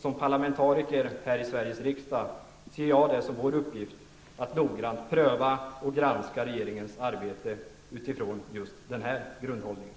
Som parlamentariker här i Sveriges riksdag ser jag det som vår uppgift att noggrant pröva och granska regeringens arbete utifrån just den här grundhållningen.